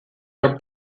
your